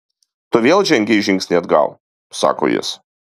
tu vėl žengei žingsnį atgal sako jis